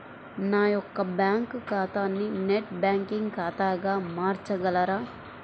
నా యొక్క బ్యాంకు ఖాతాని నెట్ బ్యాంకింగ్ ఖాతాగా మార్చగలరా?